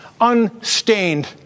unstained